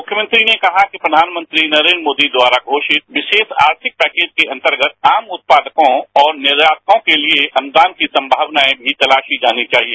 मुख्यमंत्री ने कहा कि प्रधानमंत्री नरेंद्र मोदी द्वारा घोषित विशेष आर्थिक पैकेज के अंतर्गत आम उत्पादकों और निर्यातकों के लिए अनुदान की संभावनाएं भी तलाशी जानी चाहिए